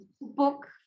book